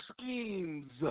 schemes